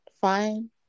fine